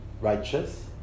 righteous